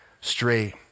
straight